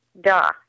Duh